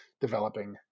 developing